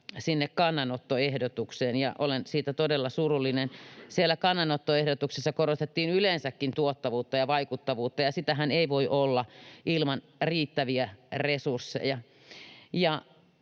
kannanottoehdotukseen, ja olen siitä todella surullinen. Siellä kannanottoehdotuksissa korostettiin yleensäkin tuottavuutta ja vaikuttavuutta, ja sitähän ei voi olla ilman riittäviä resursseja.